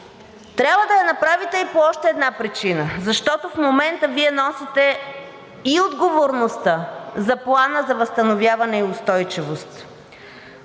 Трябва да я направите и по още една причина, защото в момента Вие носите и отговорността за Плана за възстановяване и устойчивост.